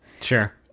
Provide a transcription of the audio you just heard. Sure